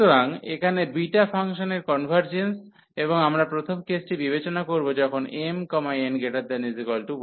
সুতরাং এখানে বিটা ফাংশনের কনভার্জেন্স এবং আমরা প্রথম কেসটি বিবেচনা করব যখন mn≥1